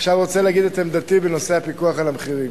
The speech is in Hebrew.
עכשיו רוצה להגיד את עמדתי בנושא הפיקוח על המחירים.